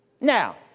Now